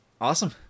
Awesome